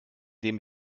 dem